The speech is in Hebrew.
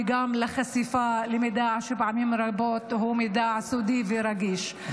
וגם לחשיפה למידע שפעמים רבות הוא מידע סודי ורגיש.